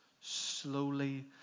slowly